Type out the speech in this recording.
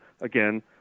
again